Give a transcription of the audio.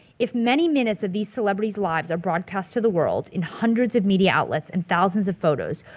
if many minutes of these celebrities lives are broadcast to the world in hundreds of media outlets and thousands of photos,